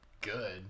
good